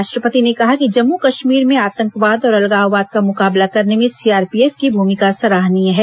राष्ट्रपति ने कहा कि जम्मू कश्मीर में आतंकवाद और अलगाववाद का मुकाबला करने में सीआरपीएफ की भूमिका सराहनीय है